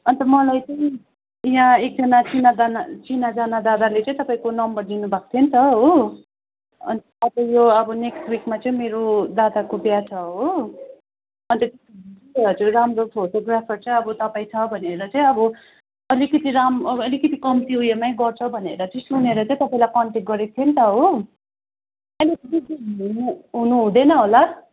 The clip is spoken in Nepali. अन्त मलाई चाहिँ यहाँ एकजना चिनाजाना चिनाजाना दादाले चाहिँ तपाईँको नम्बर दिनुभएको थियो नि त हो अन्त अब यो अब नेक्स्ट विकमा चाहिँ मेरो दादाको बिहा छ हो अन्त हजुर राम्रो फोटोग्राफर चाहिँ अब तपाईँ छ भनेर चाहिँ अब अलिकति राम अलिकति कम्ती उयोमै गर्छ भनेर चाहिँ सुनेर चाहिँ तपाईँलाई कन्ट्याक्ट गरेको थिए नि त हो हुनुहँदैन होला